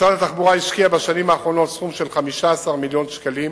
משרד התחבורה השקיע בשנים האחרונות סכום של 15 מיליון שקלים